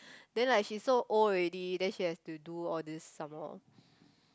then like she so old already then she has to do all these some more